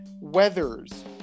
Weathers